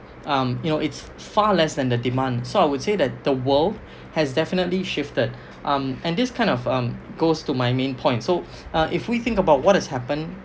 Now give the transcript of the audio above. um you know it's far less than the demand so I would say that the world has definitely shifted um and this kind of um goes to my main point so uh if we think about what has happened